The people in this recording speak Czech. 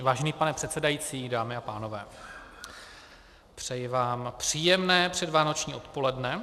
Vážený pane předsedající, dámy a pánové, přeji vám příjemné předvánoční odpoledne.